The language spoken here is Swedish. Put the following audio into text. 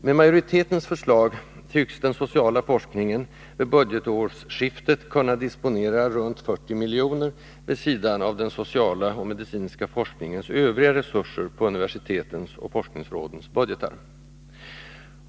Med majoritetens förslag tycks den sociala forskningen vid budgetårsskiftet kunna disponera runt 40 milj.kr. vid sidan av den sociala och medicinska forskningens övriga resurser i universitetens och forskningsrådens budgetar.